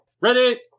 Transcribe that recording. Ready